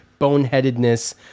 boneheadedness